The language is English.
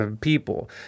people